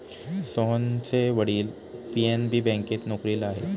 सोहनचे वडील पी.एन.बी बँकेत नोकरीला आहेत